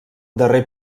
darrer